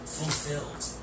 fulfilled